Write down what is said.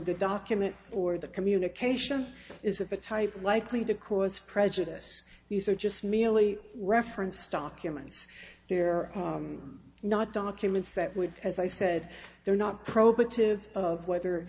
the document or the communication is of a type likely to cause prejudice these are just merely referenced documents they're not documents that would as i said they're not probative of whether